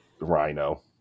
rhino